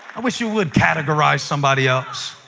i wish you would categorize somebody else.